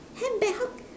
handbag how